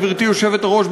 גברתי היושבת-ראש,